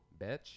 Bitch